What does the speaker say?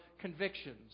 convictions